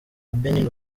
benin